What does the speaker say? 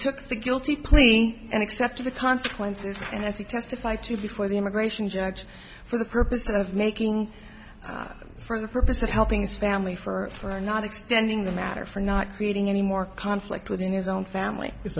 took the guilty plea and accepted the consequences and as he testified to before the immigration judge for the purpose of making for the purpose of helping his family for not extending the matter for not creating any more conflict within his own family is